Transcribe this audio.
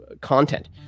content